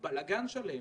יש בלגאן שלם